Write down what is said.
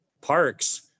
parks